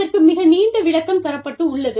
இதற்கு மிக நீண்ட விளக்கம் தரப்பட்டுள்ளது